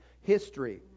history